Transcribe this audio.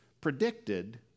predicted